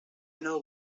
know